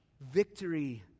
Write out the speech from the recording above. Victory